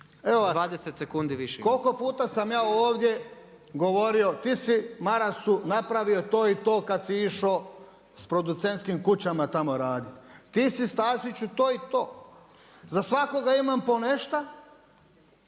Stevo (HDZ)** Koliko puta sam ja ovdje govorio, ti si Marasu napravio to i to kad si išao s producentskim kućama tamo raditi. Ti si Staziću to i to. Za svakoga imam po nešto,